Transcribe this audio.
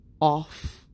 off